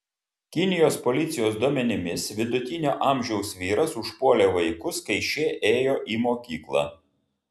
kinijos policijos duomenimis vidutinio amžiaus vyras užpuolė vaikus kai šie ėjo į mokyklą